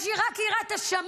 יש לי רק יראת השמיים,